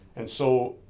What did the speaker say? and so,